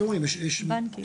בנקים?